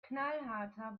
knallharter